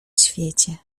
świecie